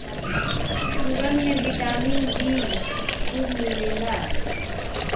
सुरन में vitamin B खूब मिलेला